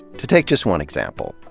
to take just one example.